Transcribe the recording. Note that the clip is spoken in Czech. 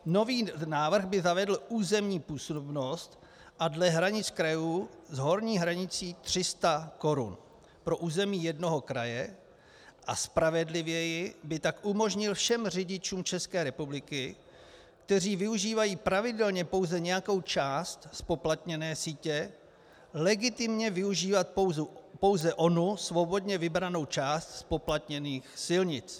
Nový návrh by zavedl územní působnost a dle hranic krajů s horní hranicí 300 korun pro území jednoho kraje, a spravedlivěji by tak umožnil všem řidičům České republiky, kteří využívají pravidelně pouze nějakou část zpoplatněné sítě, legitimně využívat pouze onu svobodně vybranou část zpoplatněných silnic.